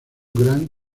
gran